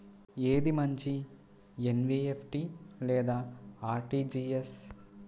ఏది మంచి ఎన్.ఈ.ఎఫ్.టీ లేదా అర్.టీ.జీ.ఎస్?